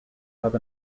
have